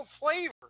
flavor